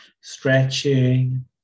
stretching